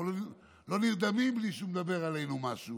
אנחנו לא נרדמים בלי שהוא מדבר עלינו משהו.